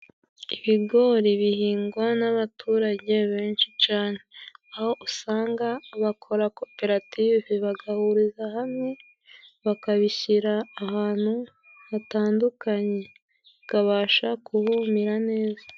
Ibigori bihingwa n'abaturage benshi cane aho usanga bakora koperative. Bagahuriza hamwe bakabishyira ahantu, hatandukanye bikabasha kuhumira neza.